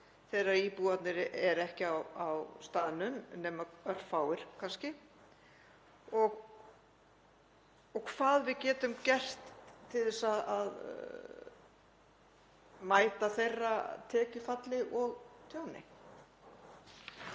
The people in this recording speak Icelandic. þegar íbúarnir eru ekki á staðnum nema kannski örfáir og kanna hvað við getum gert til þess að mæta þeirra tekjufalli og tjóni?